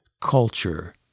culture